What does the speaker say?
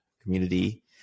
community